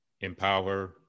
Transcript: Empower